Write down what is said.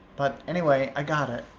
but anyway, i got it.